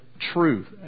truth